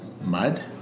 mud